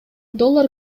доллар